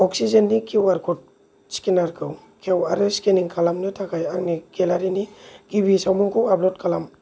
अक्सिजेननि Q R code स्केनारखौ खेव आरो स्केनिं खालामनो थाखाय आंनि गेलारिनि गिबि सावमुंखौ आप्ल'ड खालाम